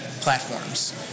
platforms